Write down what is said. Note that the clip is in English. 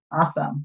Awesome